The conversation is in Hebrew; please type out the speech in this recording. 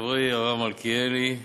חברי הרב מלכיאלי,